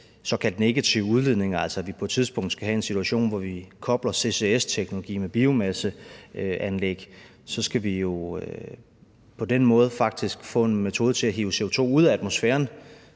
såkaldt negative udledninger, altså at vi på et tidspunkt skal have en situation, hvor vi kobler CCS-teknologi med biomasseanlæg, så skal vi jo på den måde faktisk finde en metode til at hive CO2 ud af atmosfæren.